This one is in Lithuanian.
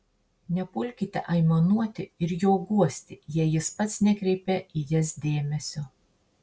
nepulkite aimanuoti ir jo guosti jei jis pats nekreipia į jas dėmesio